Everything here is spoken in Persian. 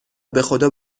بخدا